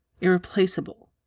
irreplaceable